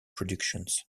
productions